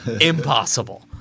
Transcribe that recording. impossible